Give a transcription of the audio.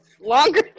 longer